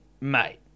mate